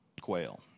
quail